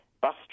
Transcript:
bus